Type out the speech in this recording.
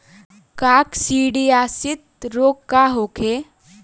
काकसिडियासित रोग का होखे?